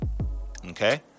Okay